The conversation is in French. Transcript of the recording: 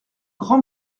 grand